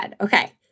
Okay